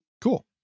Cool